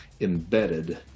embedded